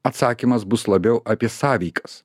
atsakymas bus labiau apie sąveikas